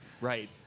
Right